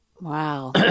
Wow